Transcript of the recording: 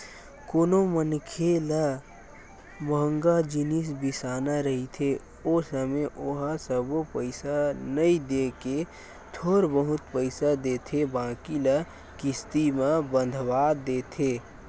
कोनो मनखे ल मंहगा जिनिस बिसाना रहिथे ओ समे ओहा सबो पइसा नइ देय के थोर बहुत पइसा देथे बाकी ल किस्ती म बंधवा देथे